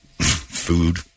Food